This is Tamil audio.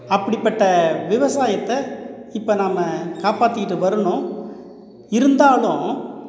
அப்படிப்பட்ட விவசாயத்தை இப்போ நாம காப்பாத்திக்கிட்டு வரணும் இருந்தாலும்